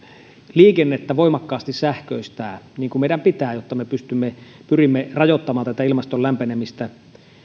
liikennettä voimakkaasti sähköistää niin kuin meidän pitää jotta me pyrimme rajoittamaan tätä ilmaston lämpenemistä